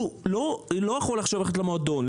הוא לא יכול ללכת למועדון,